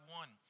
one